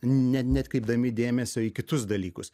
net neatkreipdami dėmesio į kitus dalykus